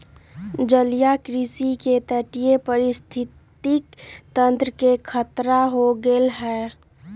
जलीय कृषि से तटीय पारिस्थितिक तंत्र के खतरा हो गैले है